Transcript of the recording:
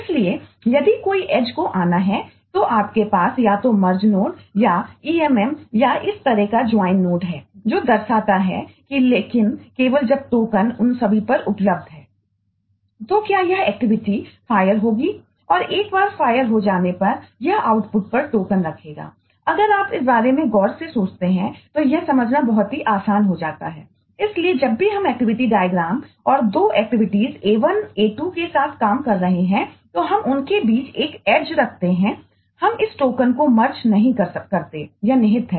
इसलिए यदि कई एज नहीं करते हैं यह निहित है